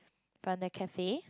from that cafe